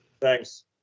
Thanks